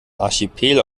archipel